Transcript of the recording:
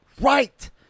right